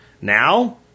Now